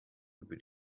über